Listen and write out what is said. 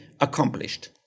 accomplished